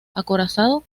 acorazado